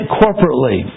corporately